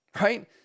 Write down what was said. right